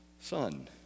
son